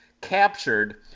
captured